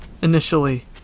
Initially